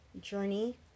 journey